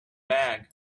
bag